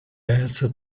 else